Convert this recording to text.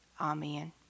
Amen